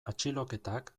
atxiloketak